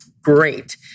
great